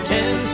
Ten